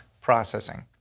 processing